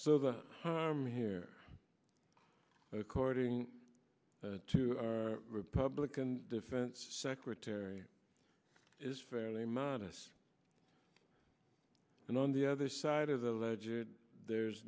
so the harm here according to our republican defense secretary is fairly modest and on the other side of the ledger there's